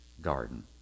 garden